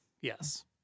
Yes